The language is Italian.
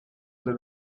del